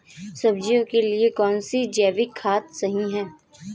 सब्जियों के लिए कौन सी जैविक खाद सही होती है?